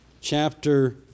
chapter